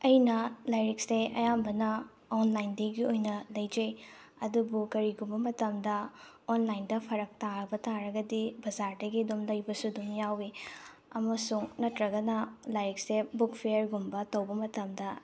ꯑꯩꯅ ꯂꯥꯏꯔꯤꯛꯁꯦ ꯑꯌꯥꯝꯕꯅ ꯑꯣꯟꯂꯥꯏꯟꯗꯒꯤ ꯑꯣꯏꯅ ꯂꯩꯖꯩ ꯑꯗꯨꯕꯨ ꯀꯔꯤꯒꯨꯝꯕ ꯃꯇꯝꯗ ꯑꯣꯟꯂꯥꯏꯟꯗ ꯐꯔꯛ ꯇꯥꯕ ꯇꯥꯔꯒꯗꯤ ꯕꯖꯥꯔꯗꯒꯤ ꯑꯗꯨꯝ ꯂꯩꯕꯁꯨ ꯑꯗꯨꯝ ꯌꯥꯎꯏ ꯑꯃꯁꯨꯡ ꯅꯠꯇ꯭ꯔꯒꯅ ꯂꯥꯏꯔꯤꯛꯁꯦ ꯕꯨꯛ ꯐꯤꯌꯔꯒꯨꯝꯕ ꯇꯧꯕ ꯃꯇꯝꯗ